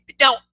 now